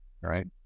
right